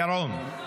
ירון.